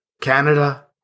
Canada